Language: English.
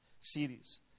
series